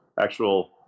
actual